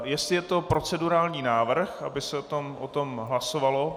Jestli je to procedurální návrh, aby se o tom hlasovalo?